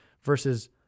versus